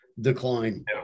decline